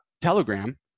Telegram